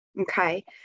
okay